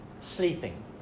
sleeping